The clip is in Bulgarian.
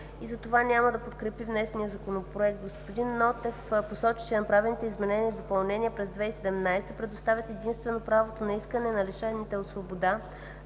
и затова няма да подкрепи така внесения Законопроект. Господин Нотев посочи, че направените изменения и допълнения през 2017 г. предоставят единствено правото на искане на лишените от свобода